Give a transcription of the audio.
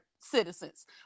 citizens